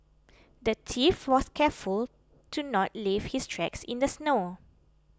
the thief was careful to not leave his tracks in the snow